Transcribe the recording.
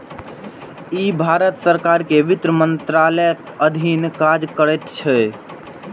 ई भारत सरकार के वित्त मंत्रालयक अधीन काज करैत छै